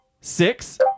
six